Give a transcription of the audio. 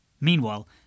Meanwhile